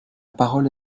parole